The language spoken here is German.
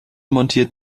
montiert